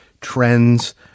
trends